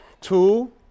Two